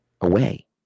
away